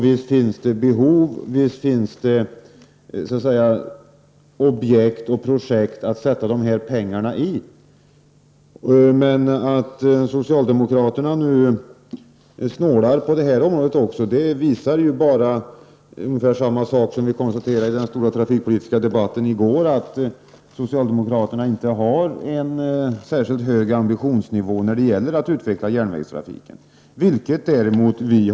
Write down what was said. Visst finns det behov, visst finns det objekt och projekt att satsa dessa pengari. Att socialdemokraterna nu snålar även på detta område visar bara på samma sak som vi konstaterade i den stora trafikpolitiska debatten i går, nämligen att socialdemokraterna inte har någon särskild hög ambitionsnivå när det gäller att utveckla järnvägstrafiken. Det har däremot vi.